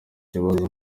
kibazo